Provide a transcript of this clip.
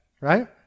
right